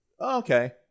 okay